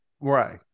right